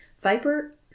Viper